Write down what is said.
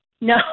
No